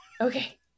Okay